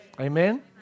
Amen